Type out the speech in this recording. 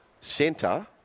centre